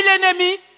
l'ennemi